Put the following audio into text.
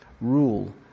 rule